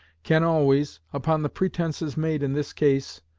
can always, upon the pretenses made in this case,